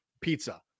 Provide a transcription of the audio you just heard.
pizza